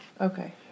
Okay